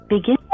Begin